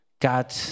God